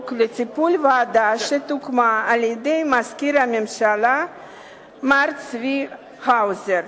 לטיפול הוועדה שהוקמה על-ידי מזכיר הממשלה מר צבי האוזר.